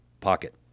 pocket